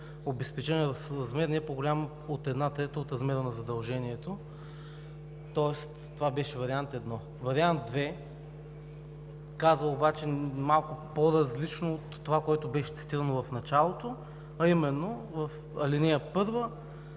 обезпечение в размер не по-голям от една трета от размера на задължението. Тоест това беше вариант І. Вариант ІІ казва обаче малко по-различно от онова, което беше цитирано в началото, а именно в ал. 1 се казва,